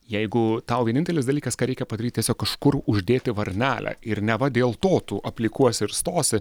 jeigu tau vienintelis dalykas ką reikia padaryt tiesiog kažkur uždėti varnelę ir neva dėl to tu aplikuosi ir stosi